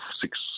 six